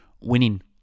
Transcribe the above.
Winning